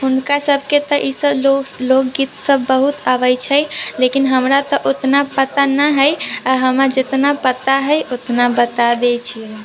हुनका सबके तऽ एहिसँ लोकगीत सब बहुत आबे छै लेकिन हमरा तऽ उतना पता ना है आ हमरा जितना पता है उतना बता दै छी हम